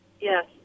Yes